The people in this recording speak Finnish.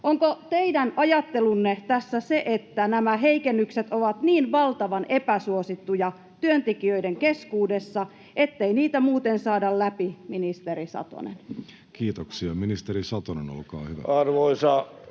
Onko teidän ajattelunne tässä se, että nämä heikennykset ovat niin valtavan epäsuosittuja työntekijöiden keskuudessa, ettei niitä muuten saada läpi, ministeri Satonen? Kiitoksia. — Ministeri Satonen, olkaa hyvä. Arvoisa